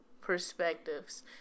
Perspectives